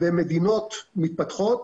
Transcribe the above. במדינות מתפתחות,